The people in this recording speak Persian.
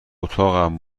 اتاقم